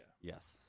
Yes